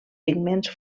pigments